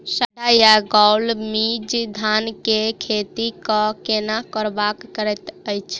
साढ़ा या गौल मीज धान केँ खेती कऽ केना बरबाद करैत अछि?